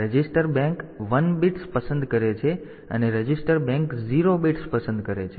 તેથી આ register bank 1 bits પસંદ કરે છે અને રજીસ્ટર બેંક 0 બિટ્સ પસંદ કરે છે